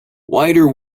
wider